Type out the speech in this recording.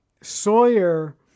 Sawyer